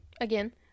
again